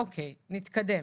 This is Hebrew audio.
אוקי, נתקדם.